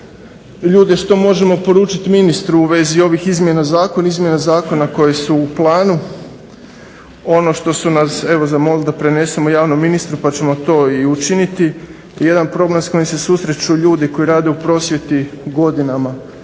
ljude što možemo poručiti ministru u vezi ovih izmjena zakona koje su u planu. Ono što su nas evo zamolili da prenesemo javno ministru, pa ćemo to i učiniti je jedan problem s kojim se susreću ljudi koji rade u prosvjeti godinama.